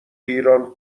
ایران